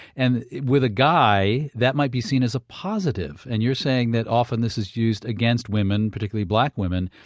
and with a guy, that might be seen as a positive. and you're saying that often this is used against women, particularly black women,